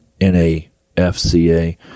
NAFCA